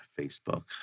Facebook